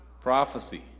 Prophecy